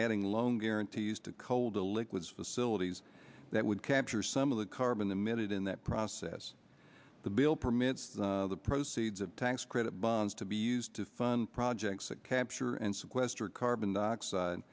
adding loan guarantees to colder liquids facilities that would capture some of the carbon the minute in that process the bill permits the proceeds of tax credit bonds to be used to fund projects that capture and sequester carbon dioxide